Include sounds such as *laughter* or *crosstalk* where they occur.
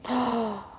*breath*